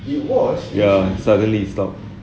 ya suddenly it stopped